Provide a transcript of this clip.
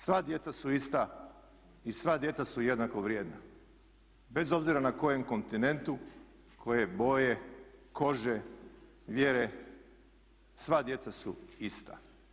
Sva djeca su ista i sva djeca su jednako vrijedna bez obzira na kojem kontinentu, koje boje kože, vjere sva djeca su ista.